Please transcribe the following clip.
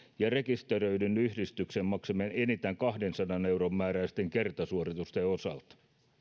ja rekisteröidyn yhdistyksen maksamien enintään kahdensadan euron määräisten kertasuoritusten osalta